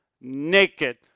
naked